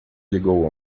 ligou